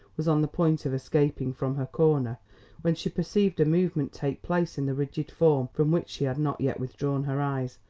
was on the point of escaping from her corner when she perceived a movement take place in the rigid form from which she had not yet withdrawn her eyes,